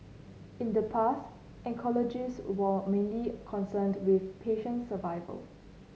in the past oncologists were mainly concerned with patient survival